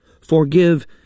Forgive